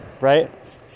right